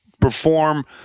perform